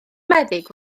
meddyg